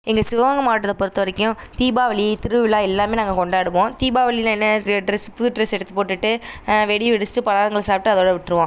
எங்கள் சிவகங்கை மாவட்டத்தை பொருத்த வரைக்கும் தீபாவளி திருவிழா எல்லாம் நாங்கள் கொண்டாடுவோம் தீபாவளின்னா என்னாது டிரெஸ் புது டிரெஸ் எடுத்து போட்டுகிட்டு வெடி வெடிச்சிட்டு பலாரங்கள் சாப்பிட்டு அதோடு விட்டுருவோம்